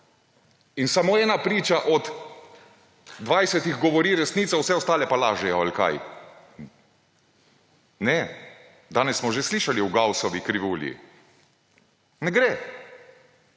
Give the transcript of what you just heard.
in samo ena priča od 20 govori resnico, vse ostale pa lažejo – ali kaj? Ne, danes smo že slišali o Gaussovi krivulji. Ne gre.